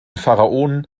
pharaonen